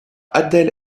adèle